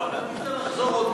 לא, לא המשיב, זה שר באולם.